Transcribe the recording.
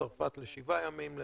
וצרפת לשבעה ימים.